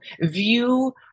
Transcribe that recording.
view